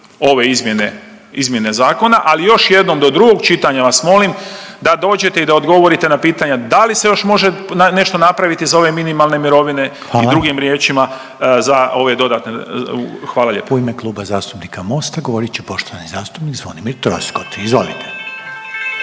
ove izmjene zakona, ali još jednom do drugog čitanja vas molim da dođete da odgovorite na pitanja da li se još može nešto napraviti za ove minimalne mirovine …/Upadica Reiner: Hvala./… i drugim riječima za ove dodatne? Hvala lijepa. **Reiner, Željko (HDZ)** U ime Kluba zastupnika Mosta govorit će poštovani zastupnik Zvonimir Troskot. Izvolite.